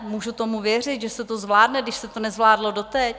Můžu tomu věřit, že se to zvládne, když se to nezvládlo doteď?